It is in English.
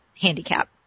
handicap